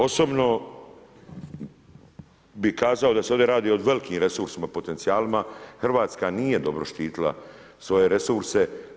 Osobno bi kazao da se ovdje radi o velikim resursima potencijalima, Hrvatska nije dobro štitila svoje resurse.